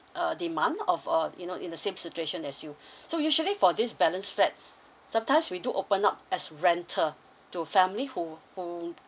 uh demand of uh you know in the same situation as you so usually for this balance flat sometimes we do open up as rental to family who who